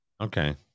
Okay